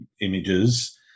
images